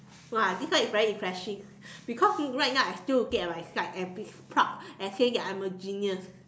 !wow! this one is very impressive because right now I still looking at my slide and be proud and say that I'm a genius